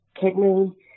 kidney